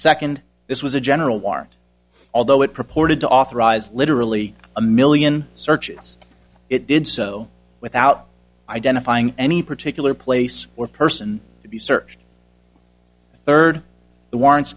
second this was a general warrant although it purported to authorize literally a million searches it did so without identifying any particular place or person to be searched third the warrants